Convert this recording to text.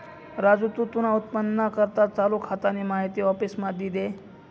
राजू तू तुना उत्पन्नना करता चालू खातानी माहिती आफिसमा दी दे